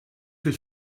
viel